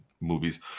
movies